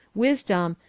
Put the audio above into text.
wisdom,